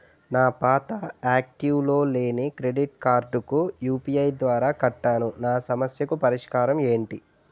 నా పాత యాక్టివ్ లో లేని క్రెడిట్ కార్డుకు యు.పి.ఐ ద్వారా కట్టాను నా సమస్యకు పరిష్కారం ఎంటి?